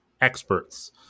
experts